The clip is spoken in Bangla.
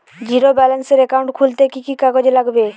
জীরো ব্যালেন্সের একাউন্ট খুলতে কি কি কাগজ লাগবে?